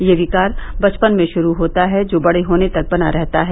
यह विकार बचपन में शुरू होता है जो बड़े होने तक बना रहता है